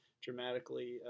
dramatically